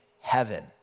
heaven